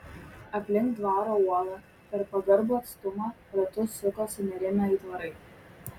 aplink dvaro uolą per pagarbų atstumą ratus suko sunerimę aitvarai